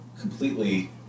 completely